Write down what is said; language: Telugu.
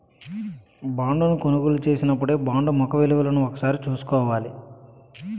బాండును కొనుగోలు చేసినపుడే బాండు ముఖ విలువను ఒకసారి చూసుకోవాల